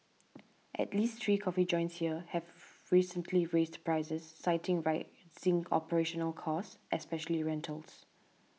at least three coffee joints here have recently raised prices citing rising operational costs especially rentals